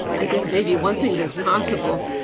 i guess maybe one thing that is possible,